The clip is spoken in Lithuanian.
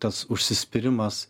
tas užsispyrimas